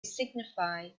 signify